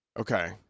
Okay